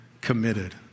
committed